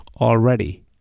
already